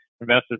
investors